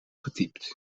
getypt